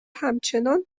همچنان